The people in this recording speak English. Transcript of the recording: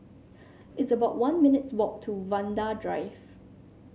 it's about one minutes' walk to Vanda Drive